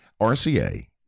RCA